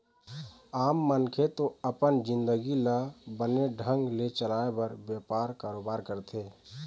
आम मनखे तो अपन जिंनगी ल बने ढंग ले चलाय बर बेपार, कारोबार करथे